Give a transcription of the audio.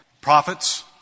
prophets